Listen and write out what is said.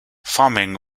farming